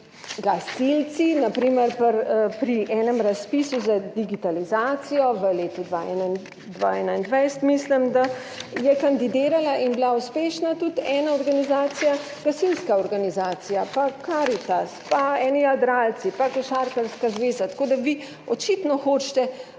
primer pri enem razpisu za digitalizacijo v letu 2021 mislim, da je kandidirala in bila uspešna tudi ena organizacija, gasilska organizacija, pa Karitas, pa eni jadralci pa košarkarska zveza, tako da vi očitno hočete ukiniti